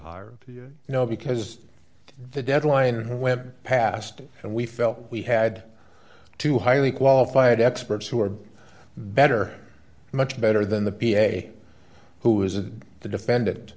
hire you know because the deadline when passed and we felt we had two highly qualified experts who are better much better than the p a who isn't the defendant